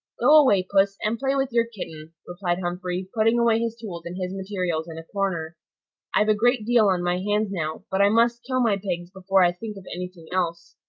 go away, puss, and play with your kitten, replied humphrey, putting away his tools and his materials in a corner i've a great deal on my hands now, but i must kill my pigs before i think of any thing else.